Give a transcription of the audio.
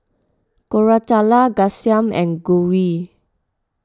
Koratala Ghanshyam and Gauri